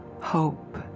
hope